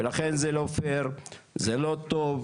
ולכן זה לא פייר, זה לא טוב.